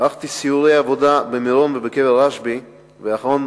ערכתי סיורי עבודה במירון ובקבר רשב"י, האחרון